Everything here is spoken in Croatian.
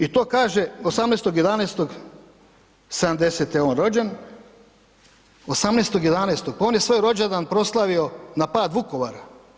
I to kaže, 18.11.1970. je on rođen, 18.11., pa on je svoj rođendan proslavio na pad Vukovara.